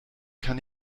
kann